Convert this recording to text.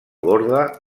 borda